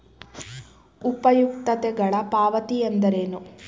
ಉಪಯುಕ್ತತೆಗಳ ಪಾವತಿ ಎಂದರೇನು?